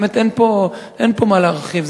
באמת אין פה מה להרחיב.